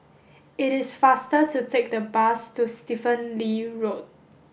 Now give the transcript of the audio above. it is faster to take the bus to Stephen Lee Road